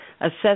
assess